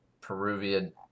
Peruvian